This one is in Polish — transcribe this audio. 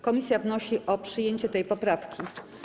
Komisja wnosi o przyjęcie tej poprawki.